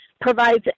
provides